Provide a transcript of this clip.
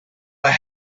what